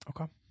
Okay